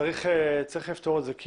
צריך לפתור את זה.